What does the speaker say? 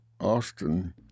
Austin